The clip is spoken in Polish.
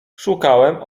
szukałem